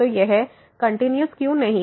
तो यह कंटिन्यूस क्यों नहीं है